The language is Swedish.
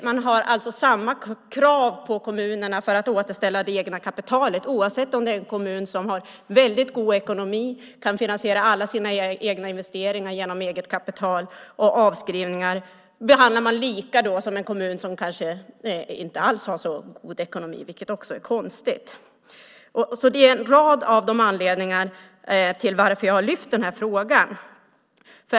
Man har alltså samma krav på kommunerna att återställa det egna kapitalet oavsett om det är en kommun som har väldigt god ekonomi, kan finansiera alla sina egna investeringar genom eget kapital och avskrivningar eller om det är en kommun som kanske inte alls har så god ekonomi. Det är också konstigt. Det är en del av anledningarna till att jag har lyft upp den här frågan.